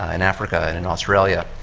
in africa and in australia,